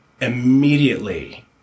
immediately